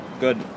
Good